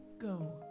Go